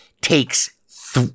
takes